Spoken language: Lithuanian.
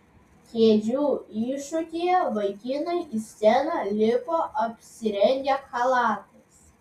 kėdžių iššūkyje vaikinai į sceną lipo apsirengę chalatais